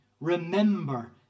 remember